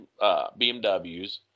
BMWs